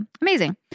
Amazing